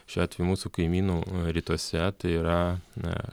šiuo atveju mūsų kaimynų rytuose tai yra ne